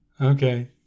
Okay